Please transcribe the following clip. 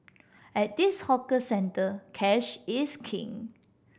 at this hawker centre cash is king